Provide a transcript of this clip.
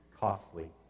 costly